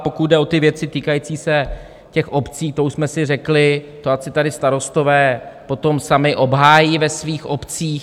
Pokud jde o věci týkající se obcí, to už jsme si řekli, to ať si tady Starostové potom sami obhájí ve svých obcích.